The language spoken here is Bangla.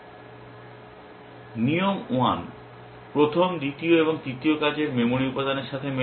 নিয়ম 1 প্রথম দ্বিতীয় এবং তৃতীয় কাজের মেমরি উপাদানের সাথে মেলে